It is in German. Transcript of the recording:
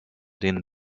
den